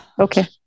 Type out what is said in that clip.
okay